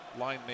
linemate